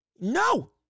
No